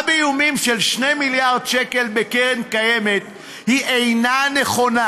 באיומים של 2 מיליארד שקל בקרן קיימת אינה נכונה,